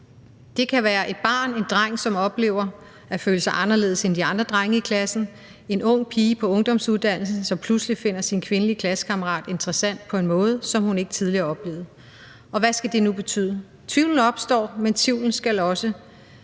Det kan være et barn, en dreng, som oplever at føle sig anderledes end de andre drenge i klassen, eller en ung pige på ungdomsuddannelsen, som pludselig finder sin kvindelige klassekammerat interessant på en måde, som hun ikke tidligere har oplevet. Og hvad skal det nu betyde? Tvivlen opstår, men tvivlen skal også